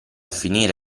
finire